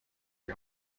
die